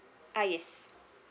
uh yes